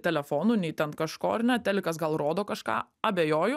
telefonų nei ten kažko ar ne telikas gal rodo kažką abejoju